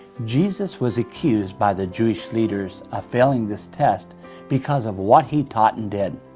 jesus was accused by the jewish leaders of failing this test because of what he taught and did.